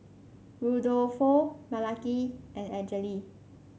Rudolfo Malaki and Angele